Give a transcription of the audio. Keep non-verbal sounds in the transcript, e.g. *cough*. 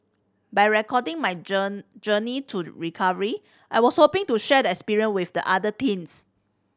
by recording my *unintelligible* journey to recovery I was hoping to share the experience with other teens